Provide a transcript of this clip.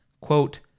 quote